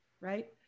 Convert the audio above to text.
Right